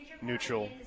Neutral